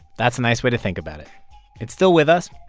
that's a nice way to think about. it it still with us,